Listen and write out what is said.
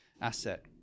asset